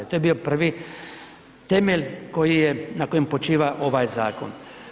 To je bio prvi temelj koji je, na kojem počiva ovaj zakon.